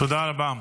תודה רבה.